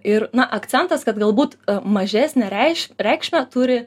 ir na akcentas kad galbūt mažesnę reiš reikšmę turi